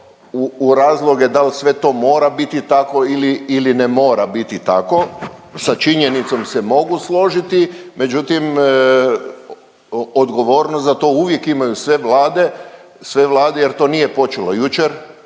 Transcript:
u razloge dal sve to mora biti tako ili ne mora biti tako sa činjenicom se mogu složiti, međutim odgovornost za tu uvijek imaju sve vlade jer to nije počelo jučer,